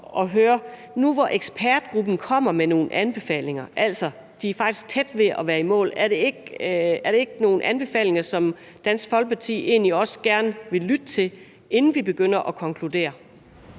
af foråret. Nu, hvor ekspertgruppen kommer med nogle anbefalinger – de er faktisk tæt på at være i mål – er det så ikke nogle anbefalinger, som Dansk Folkeparti gerne vil lytte til, inden man begynder at konkludere?